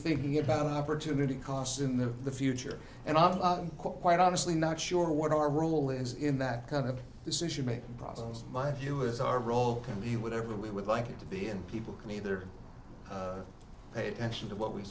thinking about opportunity costs in the future and not quite honestly not sure what our role is in that kind of this issue make problems my view is our role can be whatever we would like it to be and people can either pay attention to what we